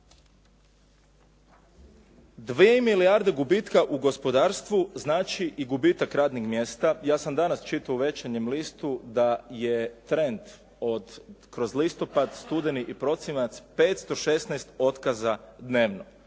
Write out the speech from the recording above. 2 milijarde gubitka u gospodarstvu znači i gubitak radnih mjesta. Ja sam danas čitao u Večernjem listu da je trend kroz listopad, studeni i prosinac 516 otkaza dnevno.